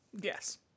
Yes